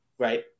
Right